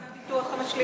ומה זה הביטוחים המשלימים?